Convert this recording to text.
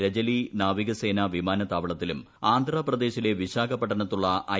രജലി നാവികസേനാ വിമാനത്താവളത്തിലും ആന്ധ്രാപ്രദേശിലെ വിശാഖപട്ടണത്തുള്ള ഐ